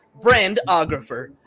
brandographer